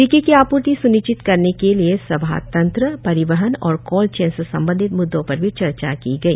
टीके की आपूर्ति स्निश्चित करने के लिए संभारतंत्र परिवहन और कोल्ड चेन से संबंधित म्द्दों पर भी चर्चा की गई